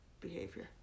behavior